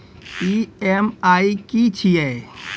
EMI की छिये?